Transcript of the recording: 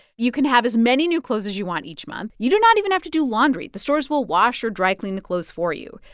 you can have as many new clothes as you want each month. you do not even have to do laundry. the stores will wash or dry clean the clothes for you.